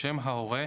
שם ההורה,